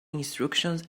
instructions